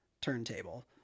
turntable